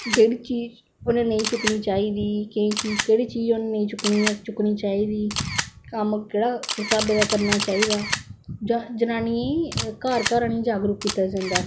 जेहडी चीज तुहें नेईं चुक्कनी चाहिदी केह्ड़ी चीज तुहें नेई चुकनी चाहदी कम्म केह्ड़ा किस स्हाबे दा करना चाहिदा जनानियें गी घार घार आह्निये जागरुक कीता जंदा